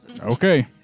Okay